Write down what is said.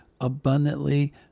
abundantly